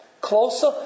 Closer